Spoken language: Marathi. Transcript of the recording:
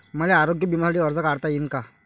मले आरोग्य बिम्यासाठी अर्ज करता येईन का?